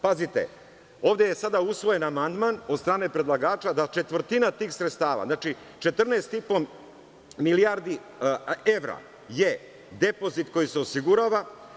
Pazite, ovde je sada usvojen amandman od strane predlagača da četvrtina tih sredstava, znači, 14 i po milijardi evra, je depozit koji se osigurava.